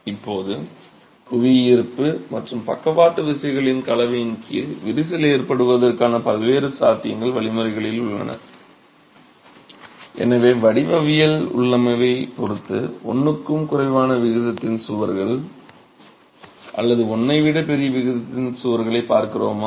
இப்போது புவியீர்ப்பு மற்றும் பக்கவாட்டு விசைகளின் கலவையின் கீழ் விரிசல் ஏற்படுவதற்கான பல்வேறு சாத்தியமான வழிமுறைகள் உள்ளன எனவே வடிவவியல் உள்ளமைவைப் பொறுத்து 1 க்கும் குறைவான விகிதத்தின் சுவர்கள் அல்லது 1 ஐ விட பெரிய விகிதத்தின் சுவர்களைப் பார்க்கிறோமா